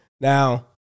now